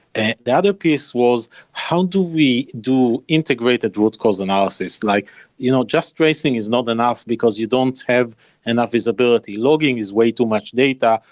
and the other piece was how do we do integrated root cause analysis? like you know just tracing is not enough, because you don't have enough visibility. logging is way too much data.